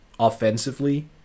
offensively